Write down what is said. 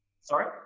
sorry